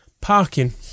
parking